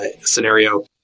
scenario